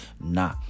nah